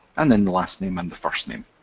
and then last name and first name.